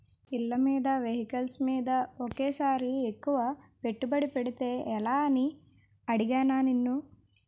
ఇళ్ళమీద, వెహికల్స్ మీద ఒకేసారి ఎక్కువ పెట్టుబడి పెడితే ఎలా అని అడిగానా నిన్ను